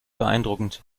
beeindruckend